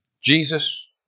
Jesus